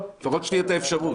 לפחות שתהיה האפשרות.